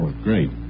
Great